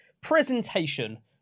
presentation